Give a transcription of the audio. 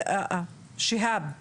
שיהאב אלדין,